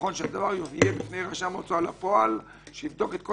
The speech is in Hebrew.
נכון שרשם ההוצאה לפועל יבדוק את כל